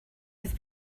peth